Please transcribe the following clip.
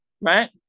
right